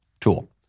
tool